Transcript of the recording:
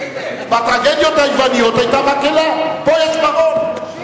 בטרגדיות היווניות היתה מקהלה, פה יש בר-און.